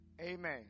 Amen